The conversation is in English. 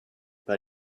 but